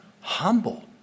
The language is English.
Humble